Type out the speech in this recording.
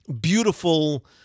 beautiful